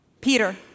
Peter